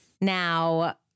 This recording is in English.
Now